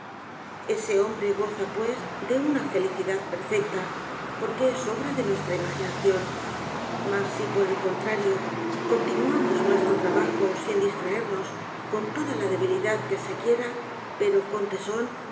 ese hombre goza pues de una felicidad perfecta por que es obra de nuestra imaginación mas si por el contrario continuamos nuestro trabajo sin disr traernos con toda la debilidad que se quiera pero con tesón